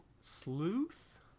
Sleuth